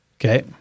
Okay